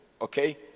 Okay